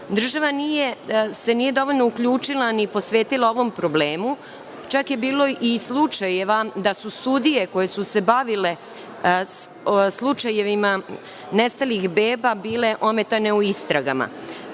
Država se nije dovoljno uključila ni posvetila ovom problemu, čak je bilo i slučajeva da su sudije koje su se bavile slučajevima nestalih beba bile ometane u istragama. Podsetiću